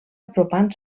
apropant